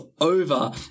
over